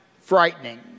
frightening